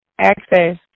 access